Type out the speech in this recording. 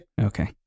okay